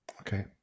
Okay